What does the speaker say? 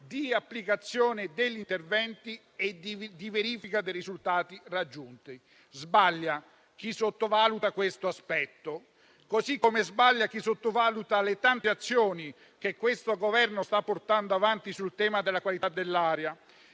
di applicazione degli interventi e di verifica dei risultati raggiunti. Sbaglia chi sottovaluta questo aspetto, come sbaglia chi sottovaluta le tante azioni che questo Governo sta portando avanti sul tema della qualità dell'aria.